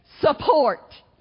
support